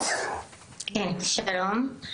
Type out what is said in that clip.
שלום,